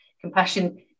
compassion